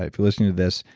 if you listen to this,